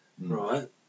Right